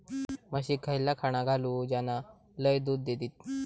म्हशीक खयला खाणा घालू ज्याना लय दूध देतीत?